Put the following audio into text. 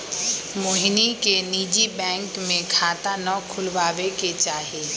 मोहिनी के निजी बैंक में खाता ना खुलवावे के चाहि